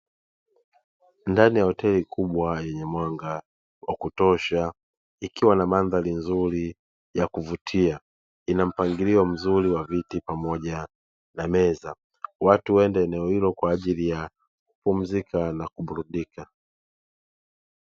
Ndani ya hoteli kubwa yenye mwanga wa kutosha, ikiwa na mandhari nzuri ya kuvutia ina mpangilio mzuri wa viti pamoja na meza. Watu huende eneo hilo kwa ajili ya pumzika na kuburudika.